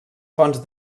fonts